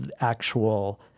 actual